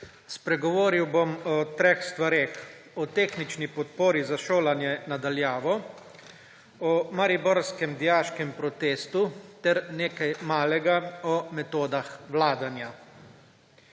Spregovoril bom o treh stvareh, o tehnični podpori za šolanje na daljavo, o mariborskem dijaškem protestu ter nekaj malega o metodah vladanja.